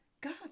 God